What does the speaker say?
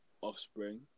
offspring